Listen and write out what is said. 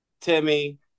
Timmy